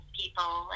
people